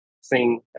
sing